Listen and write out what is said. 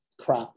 crap